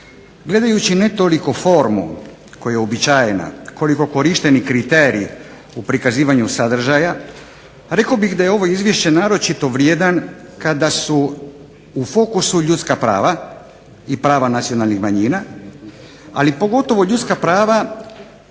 Gledajući ne toliko formu koja je uobičajena, koliko korišteni kriterij u prikazivanju sadržaja, rekao bih da je ovo izvješće naročito vrijedan kada su u fokusu ljudska prava i prava nacionalnih manjina ali pogotovo ljudska prava